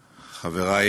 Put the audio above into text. הצלחה.